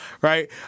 right